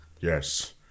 Yes